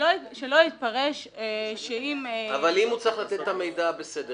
שלא יתפרש שאם --- אבל אם הוא צריך לתת את המידע בסדר.